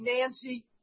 Nancy